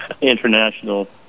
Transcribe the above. international